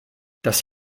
das